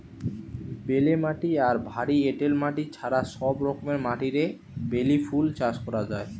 বেলে মাটি আর ভারী এঁটেল মাটি ছাড়া সব রকমের মাটিরে বেলি ফুল চাষ করা যায়